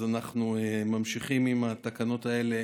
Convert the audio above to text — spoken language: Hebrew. אז אנחנו ממשיכים עם התקנות האלה.